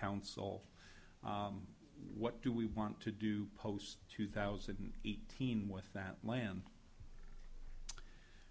council what do we want to do post two thousand and eighteen with that land